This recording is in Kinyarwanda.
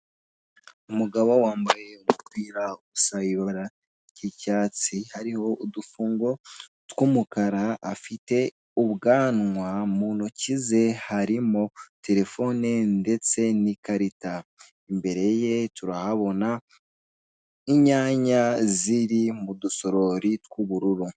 Umugabo wambaye umupira usa ibara ry'icyatsi, hariho udufungo tw'umukara, afite ubwanwa, mu ntoki ze harimo terefone ndetse n'ikarita, imbere ye turahabona inyanya ziri mu dusorori tw'ubururu.